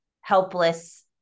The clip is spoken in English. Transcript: helpless